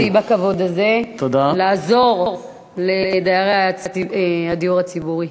זיכית אותי בכבוד הזה לעזור לדיירי הדיור הציבורי.